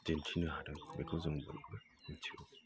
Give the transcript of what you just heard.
दिन्थिनो हादों बेखौ जों बुंगोन